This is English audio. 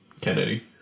Kennedy